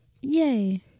Yay